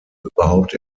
überhaupt